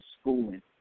schooling